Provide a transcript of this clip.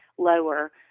lower